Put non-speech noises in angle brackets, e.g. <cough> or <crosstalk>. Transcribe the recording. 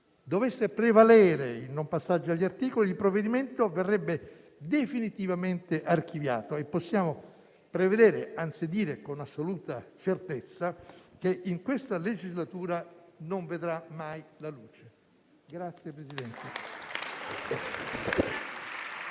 dovesse prevalere il non passaggio agli articoli, il provvedimento verrebbe definitivamente archiviato e possiamo dire con assoluta certezza che in questa legislatura non vedrà mai la luce. <applause> [DE